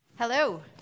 Hello